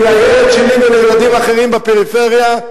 כי לילד שלי ולילדים אחרים בפריפריה,